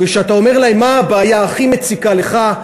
וכשאתה אומר להם: מה הבעיה שהכי מציקה לך?